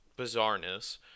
bizarreness